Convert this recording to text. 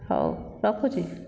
ହେଉ ରଖୁଛି